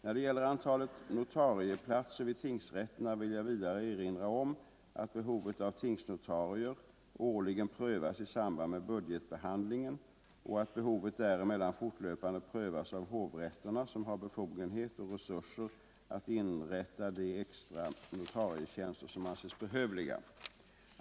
När det gäller antalet notarieplatser vid tingsrätterna vill jag vidare erinra om att behovet av tingsnotarier årligen prövas i samband med budgetbehandlingen och att behovet däremellan fortlöpande prövas av hovrätterna som har befogenhet och resurser att inrätta de extra notarietjänster som anses behövliga.